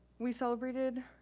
we celebrated,